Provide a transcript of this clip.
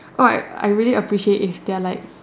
what I really appreciate it if there are like